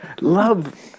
love